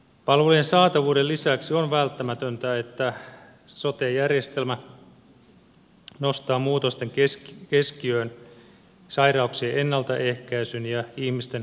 palvelujen saatavuuden lisäksi on välttämätöntä että sote järjestelmä nostaa muutosten keskiöön sairauksien ennaltaehkäisyn ja ihmisten kokonaisvaltaisen hyvinvoinnin